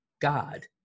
God